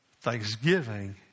thanksgiving